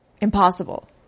impossible